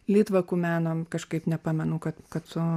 litvakų meno kažkaip nepamenu kad kad